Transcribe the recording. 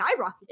skyrocketed